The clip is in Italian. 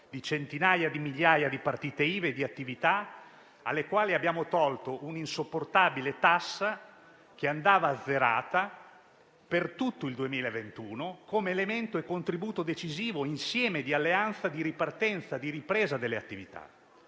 di centinaia di migliaia di partite IVA e attività alle quali abbiamo tolto un'insopportabile tassa che andava azzerata per tutto il 2021 come elemento e contributo decisivo di alleanza, ripartenza e ripresa insieme delle attività.